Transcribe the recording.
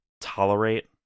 tolerate